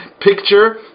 picture